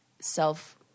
self